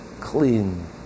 clean